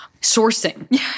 sourcing